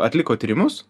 atliko tyrimus